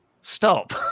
stop